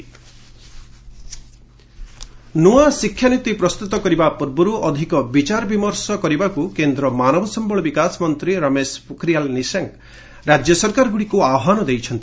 HRD education policy ନୂଆ ଶିକ୍ଷାନୀତି ପ୍ରସ୍ତୁତ କରିବା ପୂର୍ବରୁ ଅଧିକ ବିଚାର ଆଲୋଚନା କରିବାକୁ କେନ୍ଦ୍ର ମାନବ ସମ୍ପଳ ବିକାଶ ମନ୍ତ୍ରୀ ରମେଶ ପୋଖରିଆଲ୍ ନିଶଙ୍କ ରାଜ୍ୟ ସରକାରଗୁଡ଼ିକୁ ଆହ୍ୱାନ ଦେଇଛନ୍ତି